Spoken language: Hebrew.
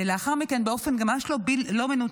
לאחר מכן, באופן ממש לא מנותק,